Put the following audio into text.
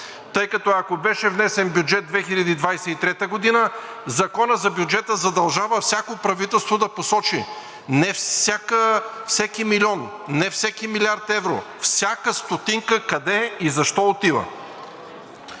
тъй като, ако беше внесен бюджет за 2023 г., Законът за бюджета задължава всяко правителство да посочи не всеки милион, не всеки милиард евро, а всяка стотинка къде и защо отива.